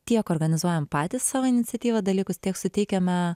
tiek organizuojam patys savo iniciatyva dalykus tiek suteikiame